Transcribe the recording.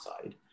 side